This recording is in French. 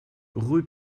rue